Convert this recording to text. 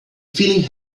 feeling